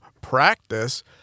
practice